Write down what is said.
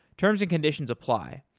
terms and conditions apply.